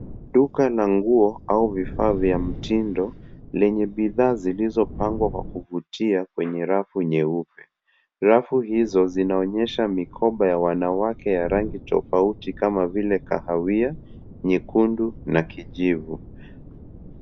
Duka la nguo au vifaa vya mtindo lenye bidhaa zilizopangwa kwa kuvutia kwenye rafu nyeupe. Rafu hizo zinaonyesha mikoba ya wanawake ya rangi tofauti kama vile kahawia, nyekundu na kijivu.